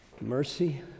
Mercy